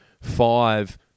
five